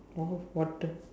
oh what a